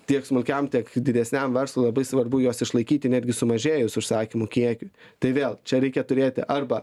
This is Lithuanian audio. tiek smulkiam tiek didesniam verslui labai svarbu juos išlaikyti netgi sumažėjus užsakymų kiekiui tai vėl čia reikia turėti arba